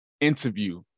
interview